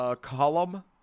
column